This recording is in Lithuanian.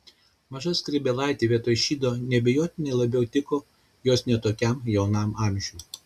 maža skrybėlaitė vietoj šydo neabejotinai labiau tiko jos ne tokiam jaunam amžiui